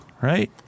Right